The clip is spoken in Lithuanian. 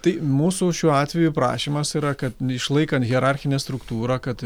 tai mūsų šiuo atveju prašymas yra kad išlaikant hierarchinę struktūrą kad